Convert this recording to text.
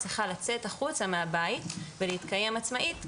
צריכה לצאת החוצה מהבית ולהתקיים עצמאית,